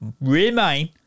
remain